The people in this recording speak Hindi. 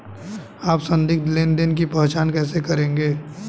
आप संदिग्ध लेनदेन की पहचान कैसे करेंगे?